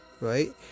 right